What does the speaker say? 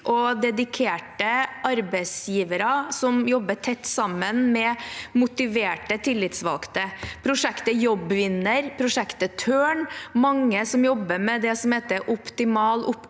og dedikerte arbeidsgivere som jobber tett sammen med motiverte tillitsvalgte – prosjektet Jobbvinner, prosjektet Tørn, og det er mange som jobber med det som heter optimal